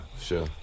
sure